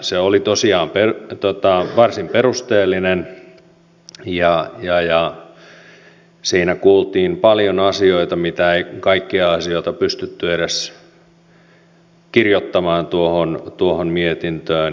asiantuntijakuuleminen oli tosiaan varsin perusteellinen ja siinä kuultiin paljon asioita mitä ei kaikkia pystytty edes kirjoittamaan tuohon mietintöön